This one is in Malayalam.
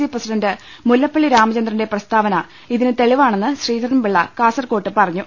സി പ്രസിഡന്റ് മുല്ലപ്പള്ളി രാമചന്ദ്രന്റെ പ്രസ്താവന ഇതിന് തെളിവാണെന്ന് ശ്രീധരൻപിള്ള കാസർകോട്ട് പറഞ്ഞു